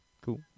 Cool